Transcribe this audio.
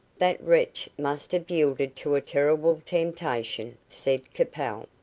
that wretch must have yielded to a terrible temptation, said capel,